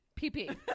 PP